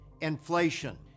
inflation